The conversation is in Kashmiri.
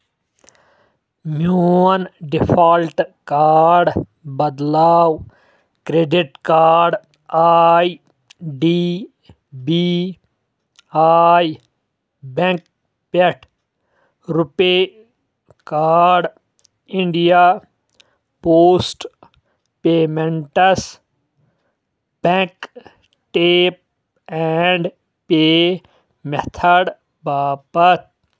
میون ڈیفالٹ کاڑ بدلاو credit card I D B I bank پٮ۪ٹھ RuPay card India post payments bank tap and pay method باپتھ